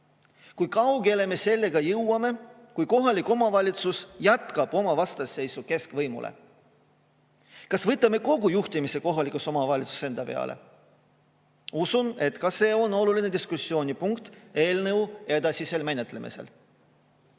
Kui kaugele me sellega jõuame, kui kohalik omavalitsus jätkab vastasseisu keskvõimuga? Kas võtame kogu juhtimise kohalikes omavalitsustes enda peale? Usun, et ka see on oluline diskussioonipunkt eelnõu edasisel menetlemisel. Kuid